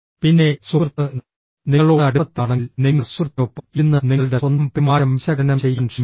പിന്നെ സുഹൃത്ത് നിങ്ങളോട് അടുപ്പത്തിലാണെങ്കിൽ നിങ്ങൾ സുഹൃത്തിനൊപ്പം ഇരുന്ന് നിങ്ങളുടെ സ്വന്തം പെരുമാറ്റം വിശകലനം ചെയ്യാൻ ശ്രമിക്കുക